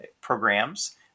programs